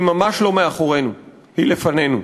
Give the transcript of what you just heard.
היא ממש לא מאחורינו, היא לפנינו.